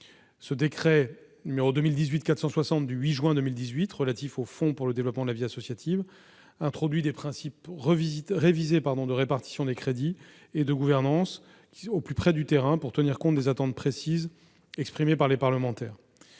Le décret n° 2018-460 du 8 juin 2018 relatif au Fonds pour le développement de la vie associative introduit des principes révisés de répartition des crédits et de gouvernance au plus près du terrain, pour tenir compte des attentes précises exprimées par les parlementaires.